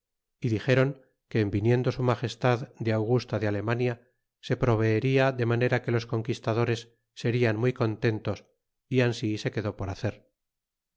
y dixeron que en viniendo su magestad de augusta de alemania se proveerla de manera que los conquistadores serian muy contentos y anst se quedó por hacer